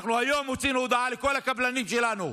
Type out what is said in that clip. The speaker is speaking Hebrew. אנחנו היום הוצאנו הודעה לכל הקבלנים שלנו,